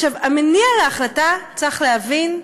המניע להחלטה, צריך להבין,